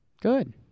Good